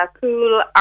cool